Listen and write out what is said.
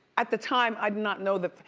at the time, i did not know that,